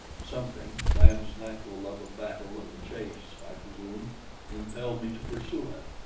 something man's natural love of battle and the chase, i presume impelled me to pursue it,